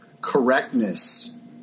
correctness